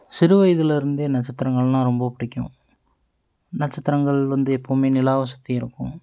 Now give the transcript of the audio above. சிறு வயதிலேருந்தே நட்சத்திரங்கள்னா ரொம்ப பிடிக்கும் நட்சத்திரங்கள் வந்து எப்போதுமே நிலாவை சுற்றி இருக்கும்